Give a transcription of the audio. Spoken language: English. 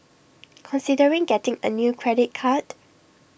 considering getting A new credit card